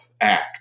act